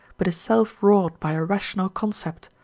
but is self-wrought by a rational concept,